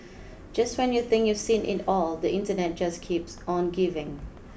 just when you think you've seen it all the internet just keeps on giving